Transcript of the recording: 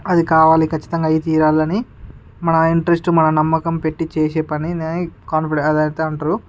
అది కావాలి ఖచ్చితంగా అయి తీరాలని మన ఇంట్రెస్ట్ మన నమ్మకం పెట్టి చేసే పనినే కాన్ఫిడెన్స్ అది అయితే అంటారు